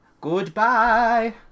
Goodbye